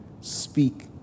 speak